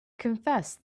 confessed